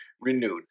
renewed